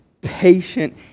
patient